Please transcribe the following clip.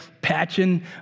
patching